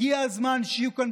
הגיע הזמן שיהיו כאן